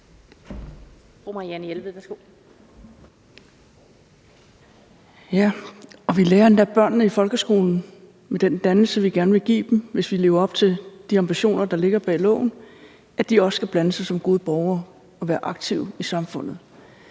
vi lærer endda børnene i folkeskolen – med den dannelse, vi gerne vil give dem, hvis vi lever op til de ambitioner, der ligger bag loven – at de også skal blande sig som gode borgere og være aktive i samfundet.